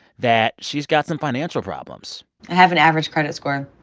that she's got some financial problems i have an average credit score.